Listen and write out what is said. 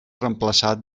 reemplaçat